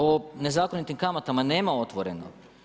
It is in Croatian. O nezakonitim kamatama nema Otvoreno.